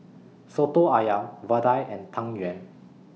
Soto Ayam Vadai and Tang Yuen